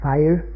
Fire